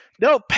No